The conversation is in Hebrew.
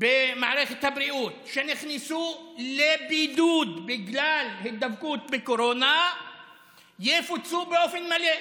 במערכת הבריאות ונכנסו לבידוד בגלל הידבקות בקורונה יפוצו באופן מלא.